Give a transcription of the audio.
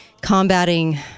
combating